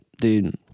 dude